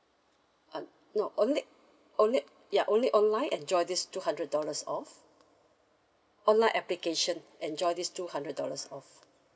uh no only only ya only online enjoy this two hundred dollars off online application enjoy this two hundred dollars off